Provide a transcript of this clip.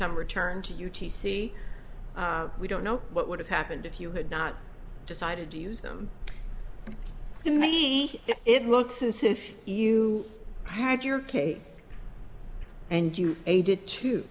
some return to u t c we don't know what would have happened if you had not decided to use them in me it looks as if you had your case and you a did too